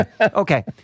Okay